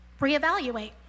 reevaluate